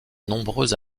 nombreux